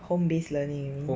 home based learning